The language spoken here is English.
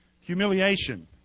Humiliation